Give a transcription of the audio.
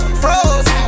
froze